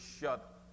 shut